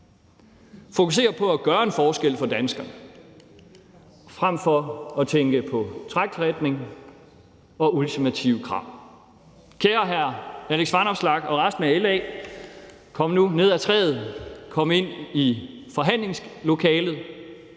fokusere på at gøre en forskel for danskerne frem for at tænke på træklatring og ultimative krav. Kære hr. Alex Vanopslagh og resten af LA, kom nu ned fra træet, og kom ind i forhandlingslokalet,